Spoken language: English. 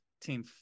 team